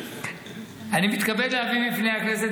אני מתכבד להביא בפני הכנסת,